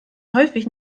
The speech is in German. häufig